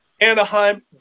Anaheim